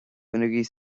bainigí